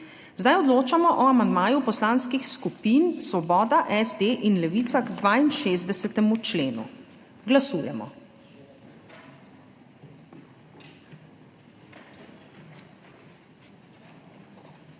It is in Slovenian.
Odločamo o amandmaju Poslanskih skupin Svoboda, SD in Levica k 86. členu. Glasujemo.